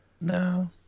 No